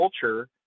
culture